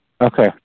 Okay